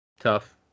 Tough